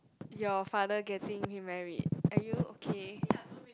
your father getting remarried are you okay